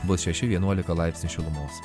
bus šeši vienuolika laipsnių šilumos